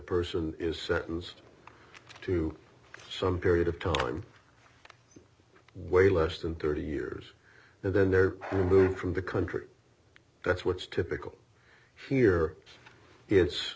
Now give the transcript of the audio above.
person is sentenced to some period of time way less than thirty years and then they're moved from the country that's what's typical here it's